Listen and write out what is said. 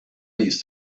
these